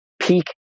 peak